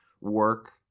work